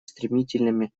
стремительными